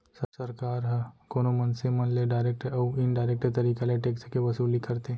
सरकार ह कोनो मनसे मन ले डारेक्ट अउ इनडारेक्ट तरीका ले टेक्स के वसूली करथे